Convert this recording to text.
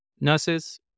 nurses